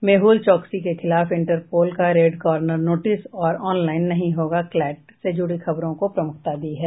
मेहुल चौकसी के खिलाफ Interpol का रेड कार्नर नोटिस और ऑनलाईन नहीं होगा क्लैट से जुड़ी खबरों को प्रमुखता दी है